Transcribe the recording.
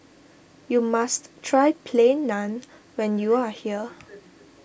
you must try Plain Naan when you are here